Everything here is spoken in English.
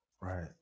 Right